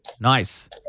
Nice